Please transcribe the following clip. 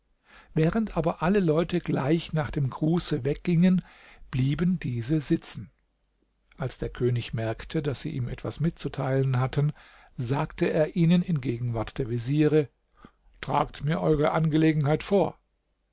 während aber alle leute gleich nach dem gruße weggingen blieben diese sitzen als der könig merkte daß sie ihm etwas mitzuteilen hatten sagte er ihnen in gegenwart der veziere tragt mir eure angelegenheit vor